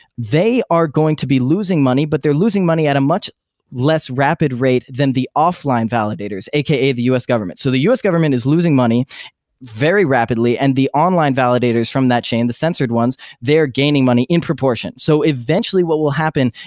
they are going to be losing money, but they're losing money at a much less rapid rate than the off-line validators, a k a. the us government. so the us government is losing money very rapidly and the online validators from that chain, the censored ones, they are gaining money in proportion. so eventually, what will happen,